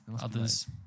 Others